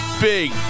big